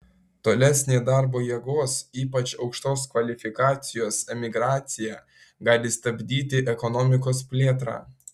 tolesnė darbo jėgos ypač aukštos kvalifikacijos emigracija gali stabdyti ekonomikos plėtrą